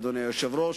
אדוני היושב-ראש.